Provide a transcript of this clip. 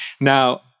Now